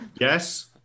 Yes